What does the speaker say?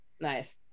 Nice